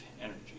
energy